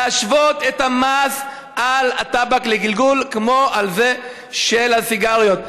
להשוות את המס על הטבק לגלגול לזה שעל הסיגריות.